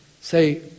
say